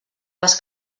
les